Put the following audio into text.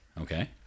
Okay